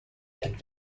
had